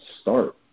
start